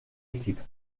équipes